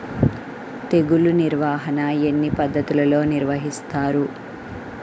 తెగులు నిర్వాహణ ఎన్ని పద్ధతులలో నిర్వహిస్తారు?